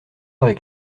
avec